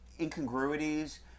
incongruities